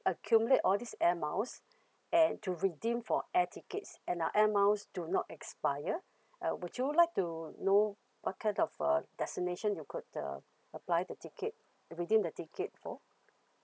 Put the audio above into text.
accumulate all these air miles and to redeem for air tickets and our air miles do not expire uh would you like to know what kind of uh destination you could uh apply the ticket redeem the ticket for